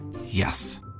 Yes